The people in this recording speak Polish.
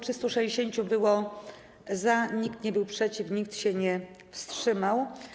367 było za, nikt nie był przeciw, nikt się nie wstrzymał.